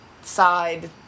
side